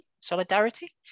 solidarity